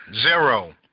zero